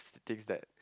thinks that